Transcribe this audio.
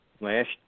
Last